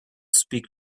speak